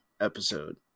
episode